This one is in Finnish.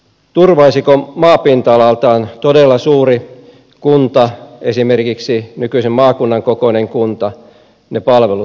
turvaisiko maapinta alaltaan todella suuri kunta esimerkiksi nykyisen maakunnan kokoinen kunta ne palvelut